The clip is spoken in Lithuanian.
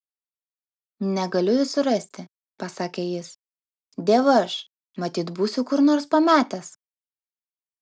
negaliu jų surasti pasakė jis dievaž matyt būsiu kur nors pametęs